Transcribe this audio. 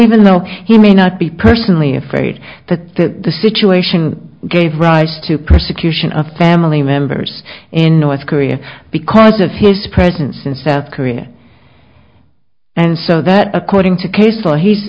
even though he may not be personally afraid that the situation gave rise to persecution of family members in north korea because of his presence in south korea and so that according to case law he